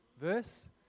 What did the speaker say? verse